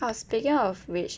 oh speaking of which